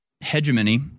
hegemony